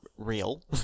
real